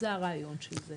זה הרעיון של זה.